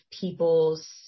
people's